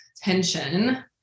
tension